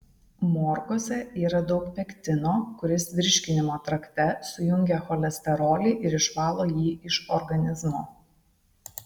morkose yra daug pektino kuris virškinimo trakte sujungia cholesterolį ir išvalo jį iš organizmo